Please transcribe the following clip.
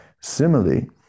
Similarly